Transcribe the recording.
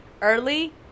early